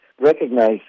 recognize